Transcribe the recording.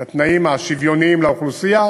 את התנאים השוויוניים לאוכלוסייה